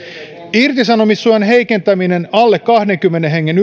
irtisanomissuojan heikentäminen alle kahdenkymmenen hengen